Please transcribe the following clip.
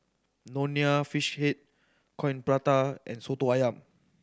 Nonya Fish Head Coin Prata and Soto Ayam